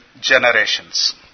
generations